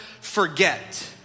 forget